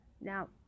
Now